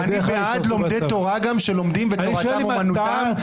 אני בעד לומדי תורה גם שלומדים ותורתם אומנותם,